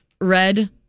Red